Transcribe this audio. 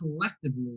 collectively